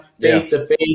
face-to-face